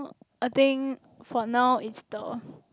I think for now it's the